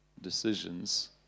decisions